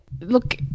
Look